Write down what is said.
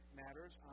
matters